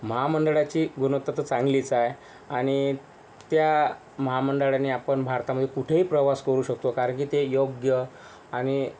महामंडळाची गुणवत्ता तर चांगलीच आहे आणि त्या महामंडळानी आपण भारतामध्ये कुठेही प्रवास करू शकतो कारण की ते योग्य आणि